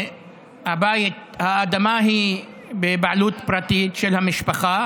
האדמה היא בבעלות פרטית של המשפחה.